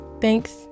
thanks